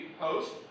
post